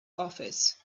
office